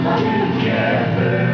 together